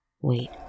Wait